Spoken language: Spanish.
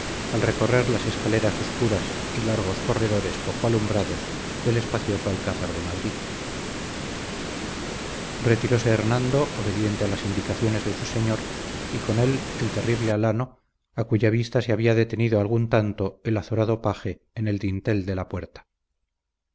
al recorrer las escaleras oscuras y largos corredores poco alumbrados del espacioso alcázar de madrid retiróse hernando obediente a las indicaciones de su señor y con él el terrible alano a cuya vista se había detenido algún tanto el azorado paje en el dintel de la puerta